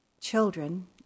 children